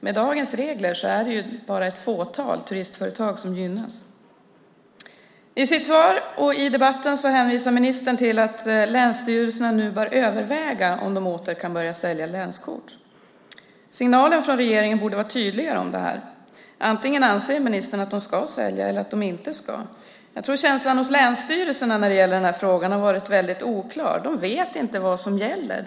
Med dagens regler är det bara ett fåtal turistföretag som gynnas. I sitt svar och i debatten hänvisar ministern till att länsstyrelserna nu bör överväga om de åter kan börja sälja länskort. Signalen från regeringen borde vara tydligare om det här. Antingen anser ministern att de ska sälja eller att de inte ska. Jag tror att känslan hos länsstyrelserna när det gäller den här frågan har varit väldigt oklar. De vet inte vad som gäller.